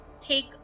Take